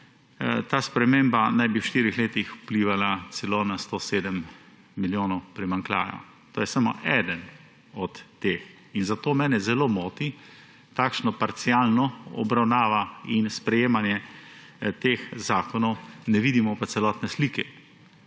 Ta sprememba naj bi v štirih letih vplivala celo na 107 milijonov primanjkljaja. To je samo eden od teh in zato mene zelo moti takšna parcialna obravnava in sprejemanje teh zakonov, ne vidimo pa celotne slike.